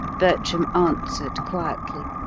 bertram answered quietly.